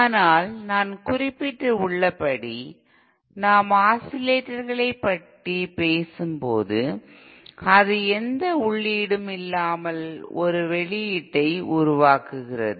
ஆனால் நான் குறிப்பிட்டுள்ளபடி நாம் ஆஸிலேட்டர்களைப் பற்றி பேசும்போது அது எந்த உள்ளீடும் இல்லாமல் ஒரு வெளியீட்டை உருவாக்குகிறது